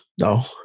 No